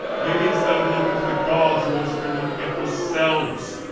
maybe instead of looking to the gods, you all should be looking at yourselves.